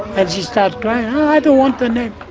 and she starts crying, i don't want the name,